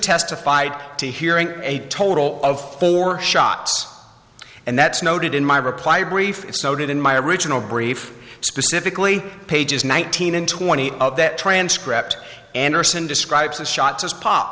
testified to hearing a total of four shots and that's noted in my reply brief noted in my original brief specifically pages nineteen and twenty of that transcript anderson describes the shots as pop